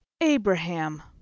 Abraham